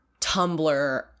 tumblr